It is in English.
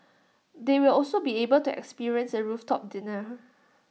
they will also be able to experience A rooftop dinner